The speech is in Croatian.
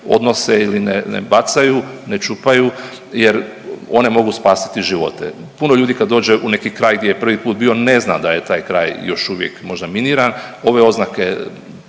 odnose ili ne bacaju, ne čupaju jer one mogu spasiti živote. Puno ljudi kad dođe u neki kraj gdje je prvi put bio ne zna da je taj kraj još uvijek možda miniran. Ove oznake